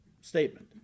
statement